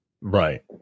right